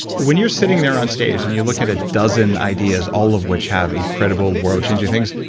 when you're sitting there onstage, and you look at a dozen ideas, all of which have incredible world changer things,